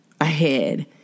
ahead